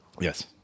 Yes